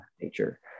nature